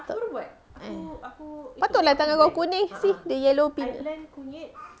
patut tangan kau kuning see the yellow pow~